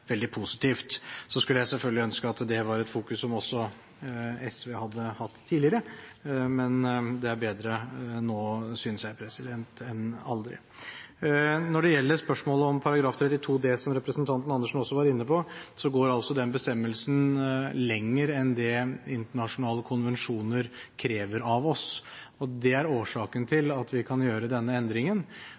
veldig positivt. Så skulle jeg selvfølgelig ønske at det var et fokus som også SV hadde hatt tidligere, men det er bedre nå, synes jeg, enn aldri. Når det gjelder spørsmålet om § 32 d, som representanten Andersen også var inne på, går den bestemmelsen lenger enn det internasjonale konvensjoner krever av oss, og det er årsaken til at vi kan gjøre denne endringen.